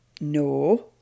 No